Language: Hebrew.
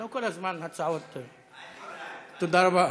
לא כל הזמן הצעות, אל תדאג, אל, תודה רבה.